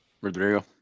Rodrigo